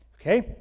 Okay